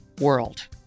world